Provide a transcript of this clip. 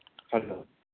hello